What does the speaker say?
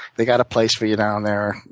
they've got a place for you down there,